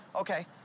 Okay